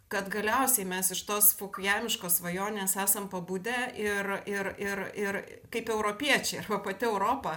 kad galiausiai mes iš tos fukujamiškos svajonės esam pabudę ir ir ir ir kaip europiečiai arba pati europa